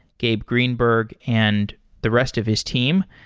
gabe greenberg, and the rest of his team.